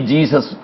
Jesus